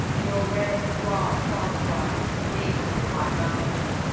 your red rock fossilized deep in my bones.